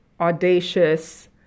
audacious